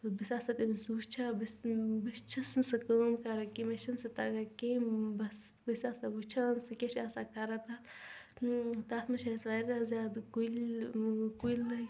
بہِ چھس آسان تٔمس وُچھان بہٕ چھس بہٕ چھس نہٕ سۄ کٲم کران کیٚنٛہہ مےٚ چھنہِ سۄ تگان کیٚنٛہہ بس بہِ چھس آسان وُچھان سۄ کیاہ چھِ آسان کران تتھ تتھ منٛز چھِ اسہِ واریاہ زیادٕ کُلۍ کُلۍ لٲگِتھ